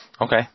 Okay